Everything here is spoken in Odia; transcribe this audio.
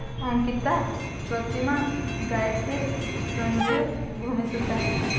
ଅଙ୍କିତା ପ୍ରତିମା ଗାୟତ୍ରୀ ରଞ୍ଜୁ ଭୂମିସୂତା